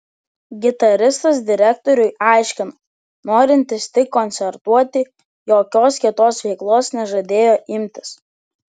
gitaristas direktoriui aiškino norintis tik koncertuoti jokios kitos veiklos nežadėjo imtis